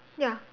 ya